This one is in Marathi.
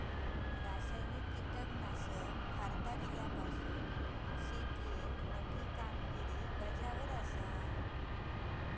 रासायनिक कीटकनाशका भारतात इल्यापासून शेतीएत मोठी कामगिरी बजावत आसा